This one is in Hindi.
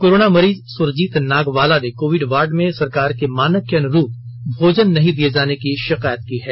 कोरोना मरीज सुरजीत नागवाला ने कोविड वार्ड में सरकार के मानक के अनुरूप भोजन नहीं दिये जाने की शिकायत की है